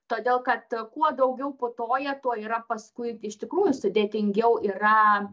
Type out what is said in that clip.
todėl kad kuo daugiau putoja tuo yra paskui iš tikrųjų sudėtingiau yra